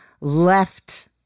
left